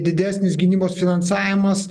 didesnis gynybos finansavimas